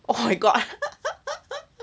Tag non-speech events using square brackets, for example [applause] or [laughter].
oh my god [laughs]